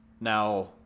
Now